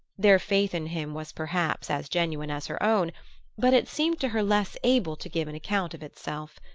their faith in him was perhaps as genuine as her own but it seemed to her less able to give an account of itself.